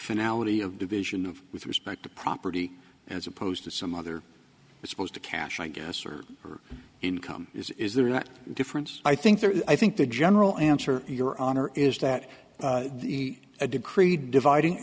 finale of division of with respect to property as opposed to some other supposed to cash i guess or for income is is there a difference i think there is i think the general answer your honor is that the a decree dividing